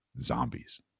zombies